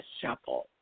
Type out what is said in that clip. shuffle